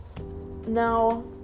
Now